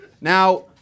Now